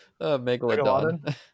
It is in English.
Megalodon